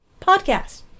podcast